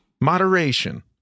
Moderation